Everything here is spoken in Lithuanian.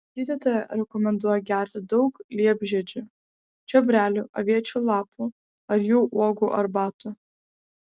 gydytoja rekomenduoja gerti daug liepžiedžių čiobrelių aviečių lapų ar jų uogų arbatų